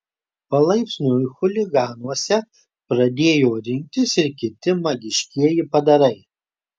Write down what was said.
palaipsniui chuliganuose pradėjo rinktis ir kiti magiškieji padarai